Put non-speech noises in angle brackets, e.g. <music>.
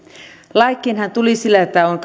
lakiinhan tuli sillä tavalla että on <unintelligible>